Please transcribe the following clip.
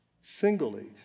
singly